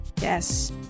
Yes